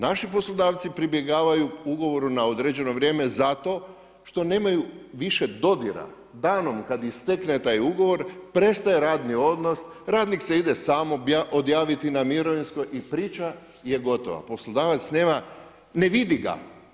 Naši poslodavci pribjegavaju ugovoru na određeno vrijeme zato što nemaju više dodira, danom kada istekne taj ugovor prestaje radni odnos, radnik se ide sam odjaviti na mirovinsko i priča je gotovo, poslodavac nema, ne vidi ga.